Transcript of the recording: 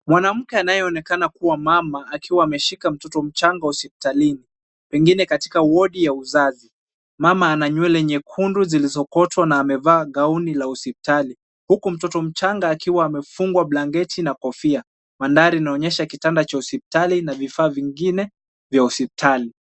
Mwanamke anayeonekana kuwa mama akiwa ameshika mtoto mchanga hospitalini, pengine kwenye wodi ya uzazi. Mama ana nywele nyekundu zilizosokotwa na amevaa gauni la hospitali, huku mtoto mchanga akiwa amefungwa blanketi na amevaa kofia. Mandhari inaonyesha kitanda cha hospitali na vifaa vingine vya hospitali.